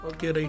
Okay